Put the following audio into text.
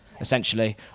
essentially